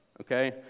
okay